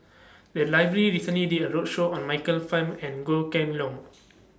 The Library recently did A roadshow on Michael Fam and Goh Kheng Long